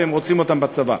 והם רוצים אותם בצבא.